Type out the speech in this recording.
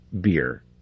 beer